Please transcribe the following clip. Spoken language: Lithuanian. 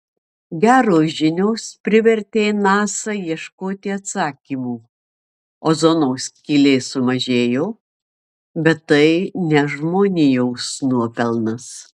geros žinios privertė nasa ieškoti atsakymų ozono skylė sumažėjo bet tai ne žmonijos nuopelnas